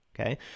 Okay